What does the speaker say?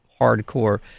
hardcore